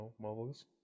mobiles